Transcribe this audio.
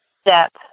step